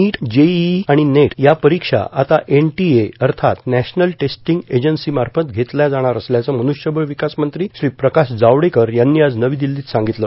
नीट JEE आणि NET या परीक्षा आता एनटीए अर्थात नॅशनल टेस्टिंग एजन्सीमार्फत घेतल्या जाणार असल्याचं मन्रष्यबळ विकासमंत्री श्री प्रकाश जावडेकर यांनी आज नवी दिल्लीत सांगितलं